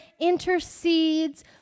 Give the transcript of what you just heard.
intercedes